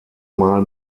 mal